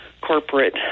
corporate